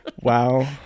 Wow